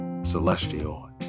celestial